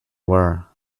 were